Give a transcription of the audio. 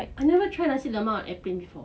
I never try nasi lemak on airplane before